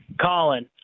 Colin